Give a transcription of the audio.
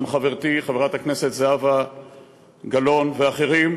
גם חברתי חברת הכנסת זהבה גלאון ואחרים,